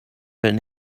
been